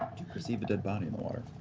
to perceive a dead body in the water.